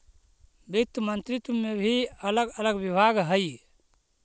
वित्त मंत्रित्व में भी अलग अलग विभाग हई